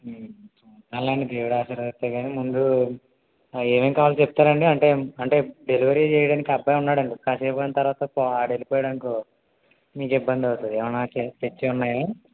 అలానే దేవుడు ఆశీర్వాదిస్తే కాని ముందు ఏమేం కావాలో చెప్తారండి అంటే అంటే డెలివరీ చెయ్యడానికి అబ్బాయి ఉన్నాడండి కాసేపగిన తర్వాత ఆడు వెళ్లిపోయాడనుకో మీకు ఇబ్బంది అవుతుంది ఏమన్నా తెచ్చేయి ఉన్నాయా